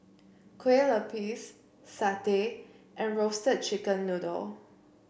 Kue Lupis satay and Roasted Chicken Noodle